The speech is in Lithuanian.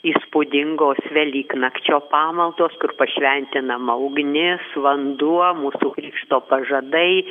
įspūdingos velyknakčio pamaldos kur pašventinama ugnis vanduo mūsų krikšto pažadai